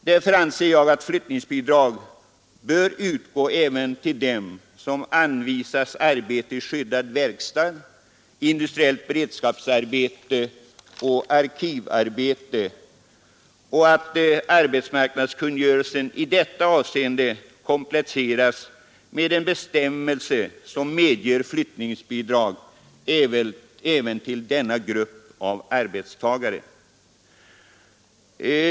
Därför menar jag att flyttningsbidrag bör utgå även till dem som anvisas arbete i skyddad verkstad, industriellt beredskapsarbete och arkivarbete och att arbetsmarknadskungörelsen i detta avseende bör kompletteras med en bestämmelse som medger flyttningsbidrag även till denna grupp av arbetstagare.